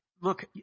Look